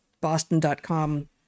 boston.com